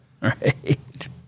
Right